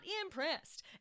impressed